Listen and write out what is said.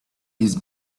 his